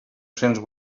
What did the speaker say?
cents